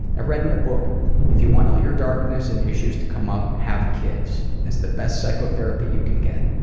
i read in a book if you want all your darkness and issue to come up, have kids, that's the best psychotherapy you can get.